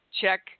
check